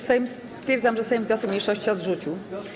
Stwierdzam, że Sejm wniosek mniejszości odrzucił.